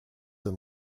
and